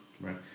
Right